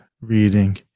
reading